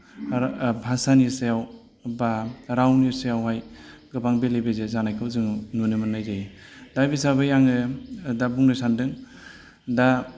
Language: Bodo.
आरो भाषानि सायाव बा रावनि सायावहाय गोबां बेलेबेजे जानायखौ जों नुनो मोन्नाय जायो दा बे हिसाबै आङो दा बुंनो सानदों दा